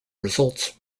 results